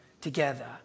together